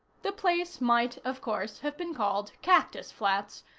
the place might, of course, have been called cactus flats,